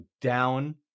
down